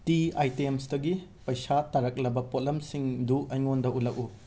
T ꯑꯥꯏꯇꯦꯝꯁꯇꯒꯤ ꯄꯩꯁꯥ ꯇꯥꯔꯛꯂꯕ ꯄꯣꯠꯂꯝꯁꯤꯡꯗꯨ ꯑꯩꯉꯣꯟꯗ ꯎꯠꯂꯛꯎ